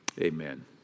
Amen